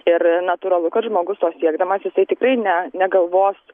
ir natūralu kad žmogus to siekdamas jisai tikrai ne negalvos